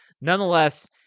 Nonetheless